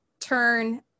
turn